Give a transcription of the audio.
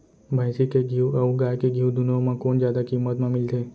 भैंसी के घीव अऊ गाय के घीव दूनो म कोन जादा किम्मत म मिलथे?